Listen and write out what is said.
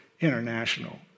international